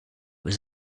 was